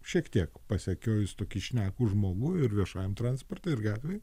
šiek tiek pasekiojus tokį šnekų žmogų ir viešajam transporte ir gatvėj